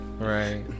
Right